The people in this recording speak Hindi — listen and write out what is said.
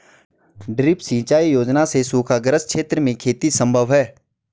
ड्रिप सिंचाई योजना से सूखाग्रस्त क्षेत्र में खेती सम्भव है